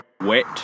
wet